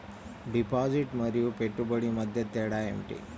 Deposit మరియు పెట్టుబడి మధ్య తేడా ఏమిటి?